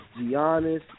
Giannis